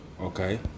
Okay